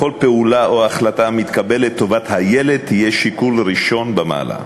בכל פעולה או החלטה שמתקבלת טובת הילד תהיה שיקול ראשון במהלך.